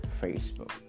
facebook